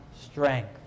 strength